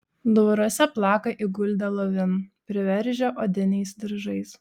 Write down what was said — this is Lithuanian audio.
dvaruose plaka įguldę lovin priveržę odiniais diržais